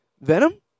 Venom